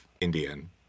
Indian